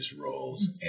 roles